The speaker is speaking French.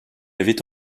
avait